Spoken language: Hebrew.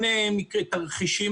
אכיפה.